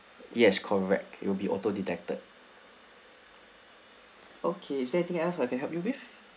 yes correct it will be auto detected okay is there anything else that I can help you with